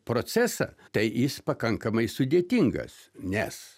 procesą tai jis pakankamai sudėtingas nes